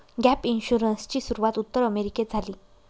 gap इन्शुरन्सची सुरूवात उत्तर अमेरिकेत झाली